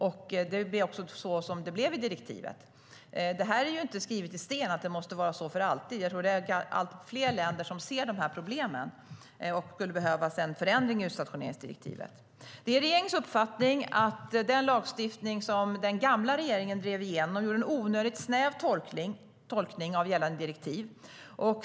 Så blev det också i direktivet. Men det är inte hugget i sten att det måste vara så för alltid. Jag tror att det är allt fler länder som ser problemen. Det skulle behövas en förändring av utstationeringsdirektivet. Det är regeringens uppfattning att den lagstiftning som den gamla regeringen drev igenom gjorde en onödigt snäv tolkning av gällande direktiv.